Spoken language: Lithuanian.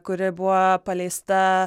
kuri buvo paleista